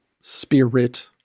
spirit